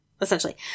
Essentially